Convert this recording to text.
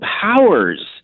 powers